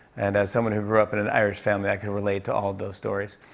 and as someone who grew up in an irish family, i could relate to all of those stories.